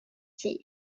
tille